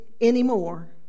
anymore